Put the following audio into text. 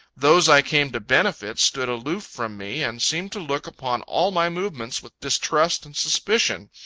those i came to benefit, stood aloof from me, and seemed to look upon all my movements with distrust and suspicion,